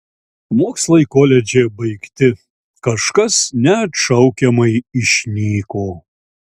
mokslai koledže baigti kažkas neatšaukiamai išnyko